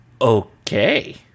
Okay